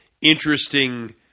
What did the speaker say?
interesting